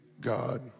God